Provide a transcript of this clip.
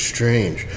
Strange